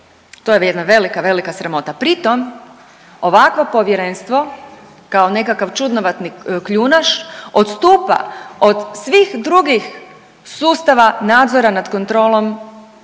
to je jedna velika, velika sramota, pri tom ovakvo povjerenstvo kao nekakav čudnovatni kljunaš odstupa od svih drugih sustava nadzora nad kontrolom